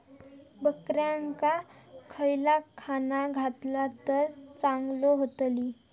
बकऱ्यांका खयला खाणा घातला तर चांगल्यो व्हतील?